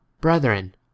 brethren